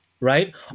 right